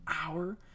hour